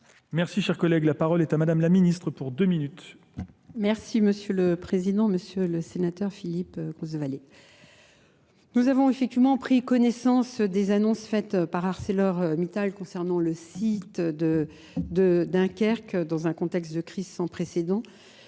Merci cher collègue, la parole est à Madame la Ministre pour deux minutes. Merci Monsieur le Président, Monsieur le Sénateur Philippe Concevalet. Nous avons effectivement pris connaissance des annonces faites par ArcelorMittal concernant le site de Dunkerque dans un contexte de crise sans précédent